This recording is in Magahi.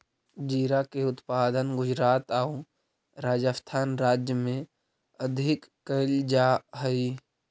जीरा के उत्पादन गुजरात आउ राजस्थान राज्य में अधिक कैल जा हइ